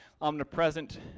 omnipresent